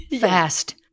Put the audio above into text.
Fast